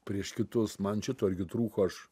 prieš kitus man šito irgi trūko aš